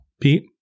Pete